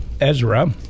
Ezra